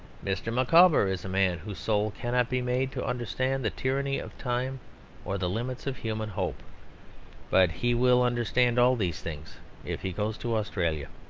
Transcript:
mr. micawber is a man whose soul cannot be made to understand the tyranny of time or the limits of human hope but he will understand all these things if he goes to australia.